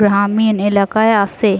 গ্রামীণ এলাকায় আসে?